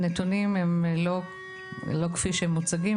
הנתונים האלה הם לא כפי שהם מוצגים.